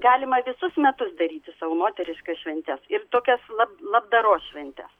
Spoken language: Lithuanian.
galima visus metus daryti sau moteriškas šventes ir tokias lab labdaros šventes